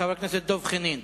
חבר הכנסת דב חנין,